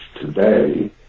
today